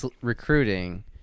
recruiting